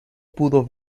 pudo